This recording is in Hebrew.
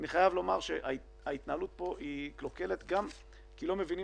אני חייב לומר שההתנהלות פה היא קלוקלת גם כי לא מבינים